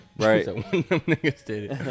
Right